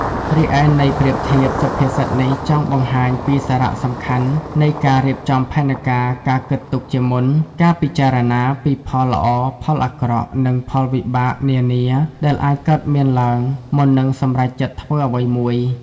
រីឯន័យប្រៀបធៀប សុភាសិតនេះចង់បង្ហាញពីសារៈសំខាន់នៃការរៀបចំផែនការ ការគិតទុកជាមុន ការពិចារណាពីផលល្អផលអាក្រក់ និងផលវិបាកនានាដែលអាចកើតមានឡើង មុននឹងសម្រេចចិត្តធ្វើអ្វីមួយ។